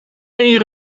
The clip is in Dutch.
één